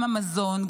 גם המזון,